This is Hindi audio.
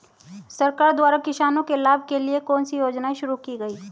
सरकार द्वारा किसानों के लाभ के लिए कौन सी योजनाएँ शुरू की गईं?